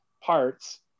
parts